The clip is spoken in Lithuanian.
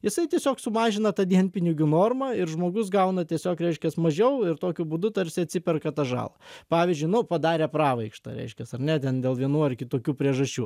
jisai tiesiog sumažina tą dienpinigių normą ir žmogus gauna tiesiog reiškias mažiau ir tokiu būdu tarsi atsiperka tą žalą pavyzdžiui nu padarė pravaikštą reiškias ar ne ten dėl vienų ar kitokių priežasčių